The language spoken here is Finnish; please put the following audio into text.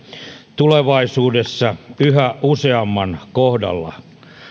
tulevaisuudessa yhä useamman kohdalla